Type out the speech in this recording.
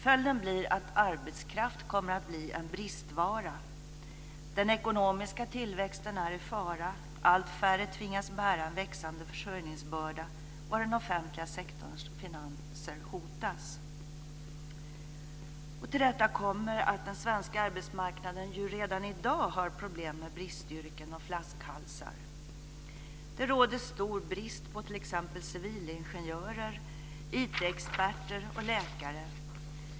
Följden blir att arbetskraft kommer att bli en bristvara, den ekonomiska tillväxten är i fara, allt färre tvingas bära en växande försörjningsbörda och den offentliga sektorns finanser hotas. Till detta kommer att den svenska arbetsmarknaden redan i dag har problem med bristyrken och flaskhalsar. Det råder stor brist på t.ex. civilingenjörer, IT-experter och läkare.